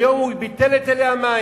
היום הוא ביטל את היטלי המים.